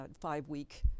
five-week